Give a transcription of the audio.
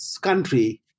country